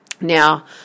Now